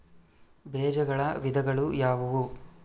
ಬೇಜಗಳ ವಿಧಗಳು ಯಾವುವು?